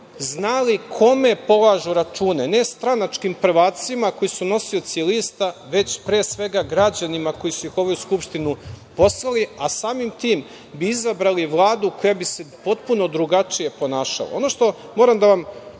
znali kome polažu račune, ne stranačkim prvacima koji su nosioci lista, već pre svega građanima koji su ih u ovu Skupštinu poslali, a samim tim bi izabrali Vladu koja bi se potpuno drugačije ponašala. Ono što moram da vam